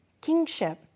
kingship